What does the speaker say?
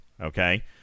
okay